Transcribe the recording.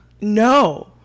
No